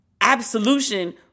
absolution